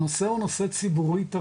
הנושא הוא נושא ציבורי-תרבותי,